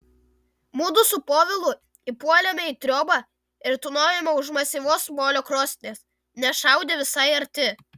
mudu su povilu įpuolėme į triobą ir tūnojome už masyvios molio krosnies nes šaudė visai arti